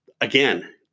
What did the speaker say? Again